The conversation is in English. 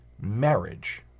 marriage